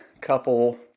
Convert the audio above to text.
couple